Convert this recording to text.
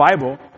Bible